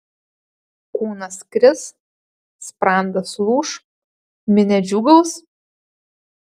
kūnas kris sprandas lūš minia džiūgaus